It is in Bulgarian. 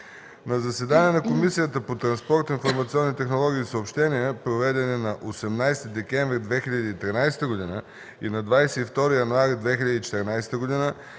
На заседания на Комисията по транспорт, информационни технологии и съобщения, проведени на 18 декември 2013 г. и на 22 януари 2014 г.,